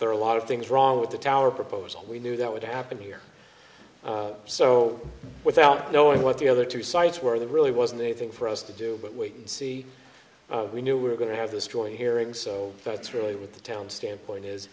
there are a lot of things wrong with the tower proposal we knew that would happen here so without knowing what the other two sites were the really wasn't anything for us to do but wait and see we knew we were going to have this story hearing so that's really what the town standpoint is